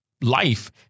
life